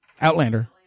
Outlander